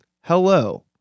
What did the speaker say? hello